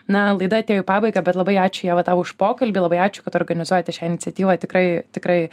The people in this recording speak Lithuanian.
na laida atėjo į pabaigą bet labai ačiū ieva tau už pokalbį labai ačiū kad organizuojate šią iniciatyvą tikrai tikrai